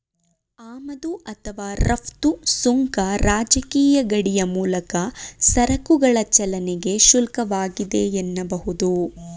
ಆಮದು ಅಥವಾ ರಫ್ತು ಸುಂಕ ರಾಜಕೀಯ ಗಡಿಯ ಮೂಲಕ ಸರಕುಗಳ ಚಲನೆಗೆ ಶುಲ್ಕವಾಗಿದೆ ಎನ್ನಬಹುದು